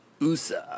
USA